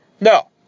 No